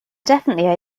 definitely